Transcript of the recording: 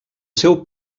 seu